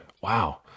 Wow